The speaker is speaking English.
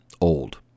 old